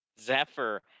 Zephyr